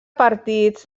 partits